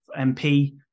MP